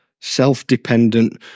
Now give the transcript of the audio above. self-dependent